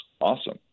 awesome